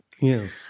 Yes